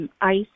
ice